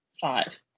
five